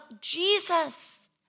Jesus